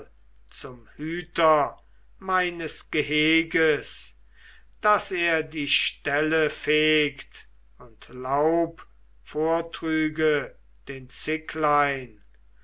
zum hüter meines geheges daß er die ställe fegt und laub vortrüge den zicklein